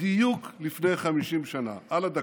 בדיוק לפני 50 שנה, על הדקה,